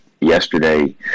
yesterday